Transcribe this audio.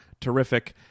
terrific